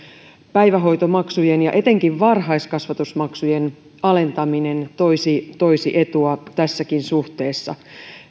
päivähoitomaksujen ja etenkin varhaiskasvatusmaksujen alentaminen toisi toisi etua tässäkin suhteessa